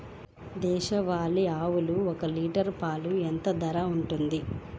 దేశవాలి ఆవులు ఒక్క లీటర్ పాలు ఎంత ధర ఉంటుంది?